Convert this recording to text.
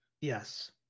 yes